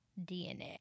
DNA